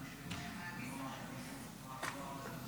עיקרון ברזל: